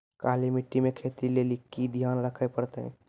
काली मिट्टी मे खेती लेली की ध्यान रखे परतै?